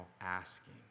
asking